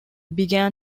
began